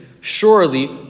surely